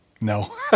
No